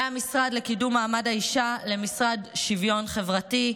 מהמשרד לקידום מעמד האישה למשרד לשוויון חברתי,